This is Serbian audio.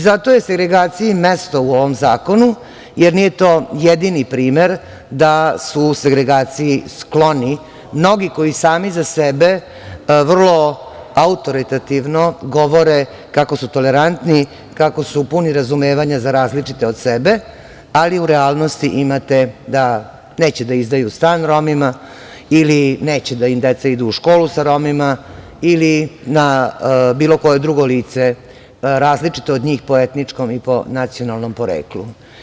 Zato je segregaciji mesto u ovom zakonu, jer nije to jedini primer da su segregaciji skloni mnogi koji sami za sebe vrlo autoritativno govore kako su tolerantni, kako su puni razumevanja za različite od sebe, ali u relanosti imate da neće da izdaju stan Romima ili neće da im deca idu u školu sa Romima ili na bilo koje drugo lice različito od njih po etničkom i po nacionalnom poreklu.